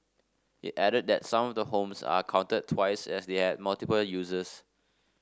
it added that some of the homes are counted twice as they have multiple uses